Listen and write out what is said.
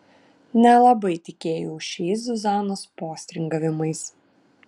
nelabai tikėjau šiais zuzanos postringavimais